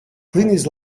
klinis